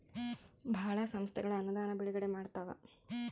ಭಾಳ ಸಂಸ್ಥೆಗಳು ಅನುದಾನ ಬಿಡುಗಡೆ ಮಾಡ್ತವ